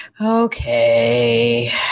Okay